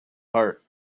heart